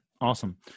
awesome